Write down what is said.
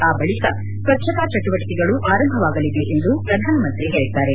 ಆ ಬಳಕ ಸ್ವಚ್ನತಾ ಚಟುವಟಿಕೆಗಳು ಆರಂಭವಾಗಲಿದೆ ಎಂದು ಪ್ರಧಾನಮಂತ್ರಿ ಹೇಳಿದ್ದಾರೆ